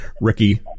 Ricky